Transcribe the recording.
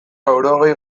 laurogei